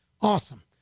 Awesome